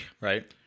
Right